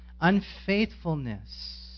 Unfaithfulness